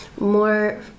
more